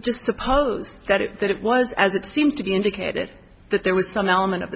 just suppose that it that it was as it seems to be indicated it that there was some element of